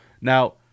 Now